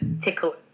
tickle